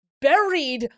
buried